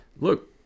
look